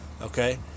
okay